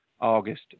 August